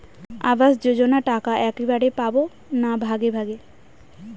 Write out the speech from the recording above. আবাস যোজনা টাকা একবারে পাব না ভাগে ভাগে?